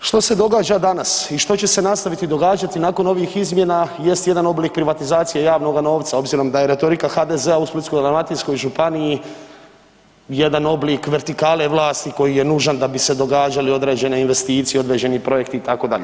Što se događa danas i što će se nastaviti događati nakon ovih izmjena jest jedan oblik privatizacije javnoga novca obzirom da je retorika HDZ-a u Splitsko-dalmatinskoj županiji jedan oblik vertikale vlasti koji je nužan da bi se događale određene investicije, određeni projekti itd.